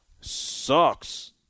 sucks